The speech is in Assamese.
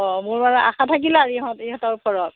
অঁ মোৰ মানে আশা থাকিল আৰু ইহঁ ইহঁতৰ ওপৰত